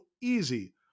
easy